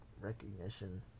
Recognition